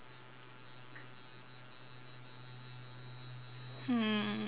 hmm